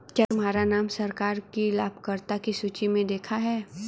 क्या तुम्हारा नाम सरकार की लाभकर्ता की सूचि में देखा है